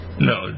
No